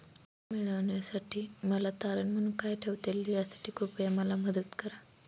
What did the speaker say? कर्ज मिळविण्यासाठी मला तारण म्हणून काय ठेवता येईल त्यासाठी कृपया मला मदत करा